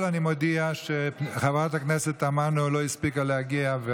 42 בעד, 52 נגד.